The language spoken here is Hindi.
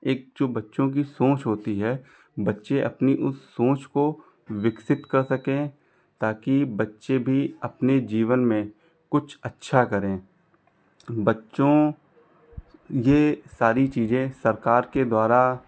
एक जो बच्चों की सोच होती है बच्चे अपनी उस सोच को विकसित कर सकें ताकि बच्चे भी अपने जीवन में कुछ अच्छा करें बच्चों यह सारी चीज़ें सरकार के द्वारा